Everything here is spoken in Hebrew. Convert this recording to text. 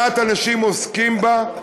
מעט אנשים עוסקים בה,